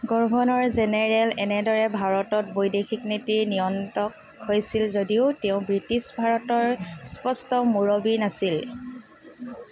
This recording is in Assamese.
গভৰ্ণৰ জেনেৰেল এনেদৰে ভাৰতত বৈদেশিক নীতিৰ নিয়ন্ত্ৰক হৈছিল যদিও তেওঁ ব্ৰিটিছ ভাৰতৰ স্পষ্ট মুৰব্বী নাছিল